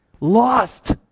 lost